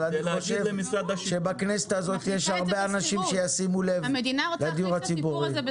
אבל אני חושב שבכנסת הזאת יש הרבה אנשים שישימו לב לדיור הציבורי.